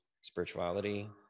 spirituality